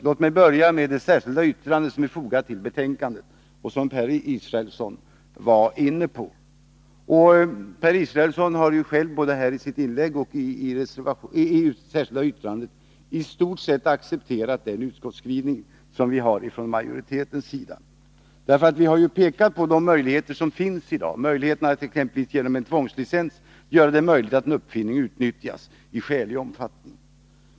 Låt mig börja med det särskilda yttrande som är fogat vid betänkandet och som Per Israelsson var inne på. Per Israelsson har ju själv både i sitt inlägg och i sitt särskilda yttrande i stort sett accepterat utskottsmajoritetens skrivning. Vi har där pekat på de möjligheter som faktiskt finns i dag, t.ex. genom tvångslicens, att en uppfinning utnyttjas i skälig omfattning.